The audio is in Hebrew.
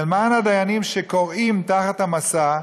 למען הדיינים שכורעים תחת המשא,